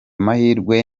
mahirwe